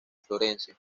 florencia